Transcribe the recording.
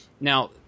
Now